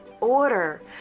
order